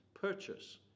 purchase